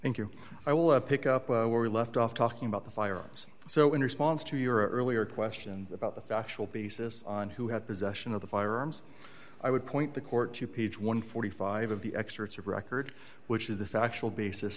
thank you i will pick up where we left off talking about the firearms so in response to your earlier question about the factual basis on who had possession of the firearms i would point the court to page one forty five dollars of the excerpts of record which is the factual basis